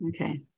Okay